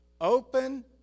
open